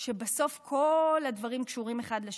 שבסוף כל הדברים קשורים אחד לשני: